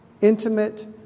intimate